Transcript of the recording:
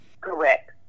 Correct